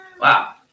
Wow